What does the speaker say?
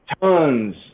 Tons